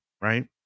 right